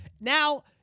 Now